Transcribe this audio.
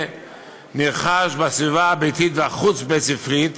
נרכש בסביבה הביתית והחוץ בית-ספרית",